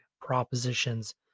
Propositions